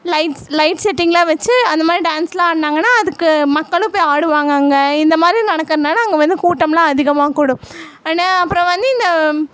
lights light செட்டிங்கெலாம் வச்சு அந்த மாதிரி டான்ஸெலாம் ஆடுனாங்கன்னா அதுக்கு மக்களும் போய் ஆடுவாங்க அங்கே இந்த மாதிரி நடக்கிறனால அங்கே வந்து கூட்டமெலாம் அதிகமாக கூடும் ஆனால் அப்புறம் வந்து இந்த